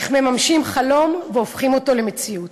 איך מממשים חלום והופכים אותו למציאות.